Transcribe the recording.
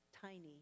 tiny